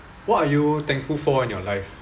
what are you thankful for in your life